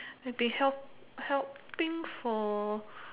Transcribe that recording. maybe help helping for